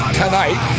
tonight